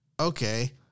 Okay